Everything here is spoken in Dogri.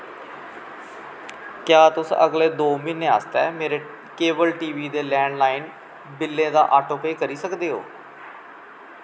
क्या तुस अगले दो म्हीनें आस्तै मेरे केबल टीवी ते लैंडलाइन बिल्लें दा आटोपे करी सकदे ओ